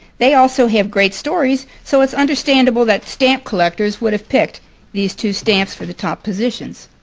they also have great stories. so it's understandable that stamp collectors would have picked these two stamps for the top positions.